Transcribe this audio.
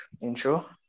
intro